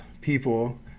people